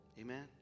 Amen